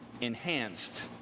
enhanced